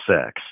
sex